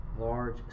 large